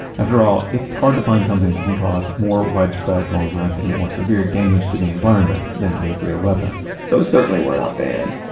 after all, it's hard to find something that can cause more widespread, long-lasting, or severe damage to the environment than nuclear weapons those certainly were not banned.